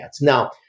Now